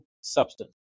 substance